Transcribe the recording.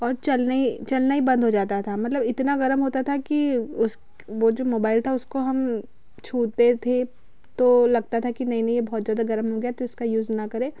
और चलना ही चलना ही बंद हो जाता था मतलब इतना गर्म होता था कि उस वो जो मोबाईल था उसको हम छुते थे तो लगता था कि नहीं नहीं ये बहुत ज़्यादा गर्म हो गया तो इसका युज़ न करें